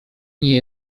nie